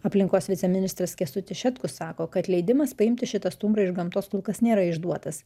aplinkos viceministras kęstutis šetkus sako kad leidimas paimti šitą stumbrą iš gamtos kol kas nėra išduotas